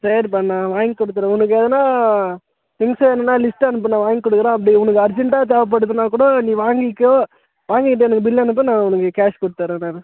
சரிப்பா நான் வாய்ங்கொடுத்துட்றேன் உனக்கு எதனால் திங்ஸ் வேணுன்னால் லிஸ்ட் அனுப்பு நான் வாய்ங்கொடுக்குறேன் அப்படி உனக்கு அர்ஜெண்ட்டாக தேவைப்படுதுனா கூட நீ வாங்கிக்கோ வாங்கிக்கிட்டு எனக்கு பில் அனுப்பு நான் உனக்கு கேஷ் கொடுத்துட்றேன் நான்